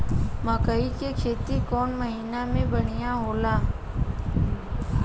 मकई के खेती कौन महीना में बढ़िया होला?